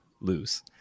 lose